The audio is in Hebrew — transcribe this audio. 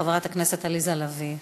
חברת הכנסת עליזה לביא.